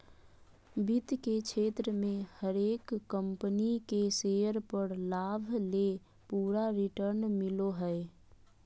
वित्त के क्षेत्र मे हरेक कम्पनी के शेयर पर लाभ ले पूरा रिटर्न मिलो हय